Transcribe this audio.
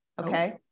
okay